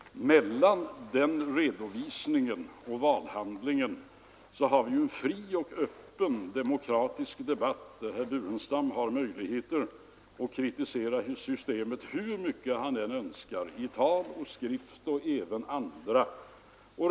Mellan valen har vi ju fri och öppen demokratisk debatt, där herr Burenstam Linder har möjlighet att kritisera systemet hur mycket han än Önskar i tal och skrift, liksom även andra har.